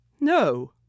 No